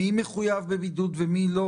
מי מחויב בבידוד ומי לא